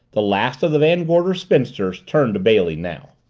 the last of the van gorder spinsters turned to bailey now.